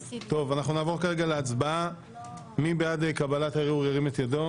נעבור להצבעה על הבקשה לערעור על החלטת הנשיאות.